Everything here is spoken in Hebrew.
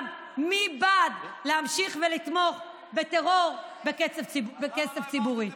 מי בעד להמשיך ולתמוך בטרור בכסף ציבורי.